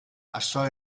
açò